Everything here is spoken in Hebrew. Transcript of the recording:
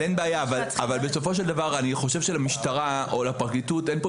אני חושב שבסופו דבר למשטרה או לפרקליטות אין כאן